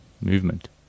movement